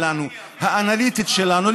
האנליטית שלנו,